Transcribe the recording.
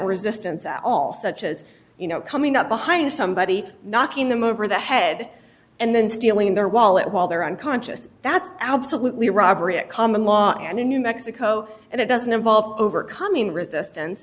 resistance that all such as you know coming up behind somebody knocking them over the head and then stealing their wallet while they're unconscious that's absolutely robbery at common law and in new mexico and it doesn't involve overcoming resistance